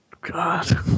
God